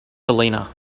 selena